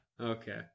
Okay